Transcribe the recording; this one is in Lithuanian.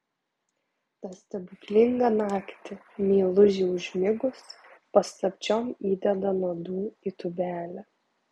tą stebuklingą naktį meilužei užmigus paslapčiom įdeda nuodų į tūbelę